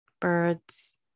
birds